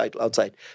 outside